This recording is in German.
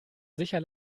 sicher